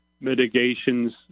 Mitigations